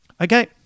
Okay